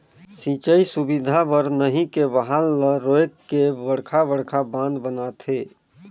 सिंचई सुबिधा बर नही के बहाल ल रोयक के बड़खा बड़खा बांध बनाथे